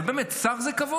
אבל באמת, שר זה כבוד.